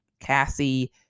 Cassie